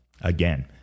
again